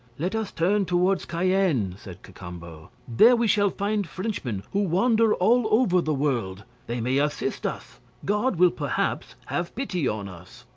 let us turn towards cayenne, said cacambo, there we shall find frenchmen, who wander all over the world they may assist us god will perhaps have pity on us.